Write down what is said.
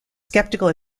skeptical